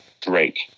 drake